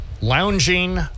lounging